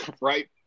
right